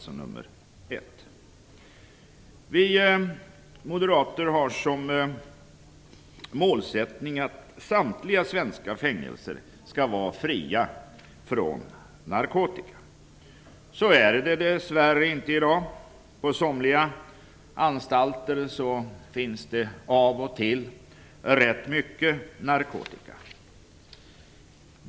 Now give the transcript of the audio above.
Vi moderater har som målsättning att samtliga svenska fängelser skall vara fria från narkotika. Så är det dess värre inte i dag. På somliga anstalter finns det av och till rätt mycket narkotika.